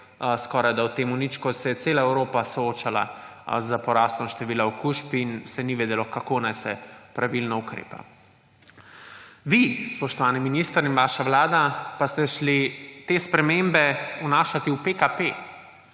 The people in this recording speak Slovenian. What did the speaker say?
ni vedel o tem nič, ko se je cela Evropa soočala s porastom števila okužb in se ni vedelo, kako naj se pravilno ukrepa. Vi, spoštovani minister, in vaša vlada pa ste šli te spremembe vnašati v PKP,